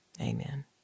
amen